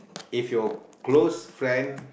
if your close friend